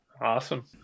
Awesome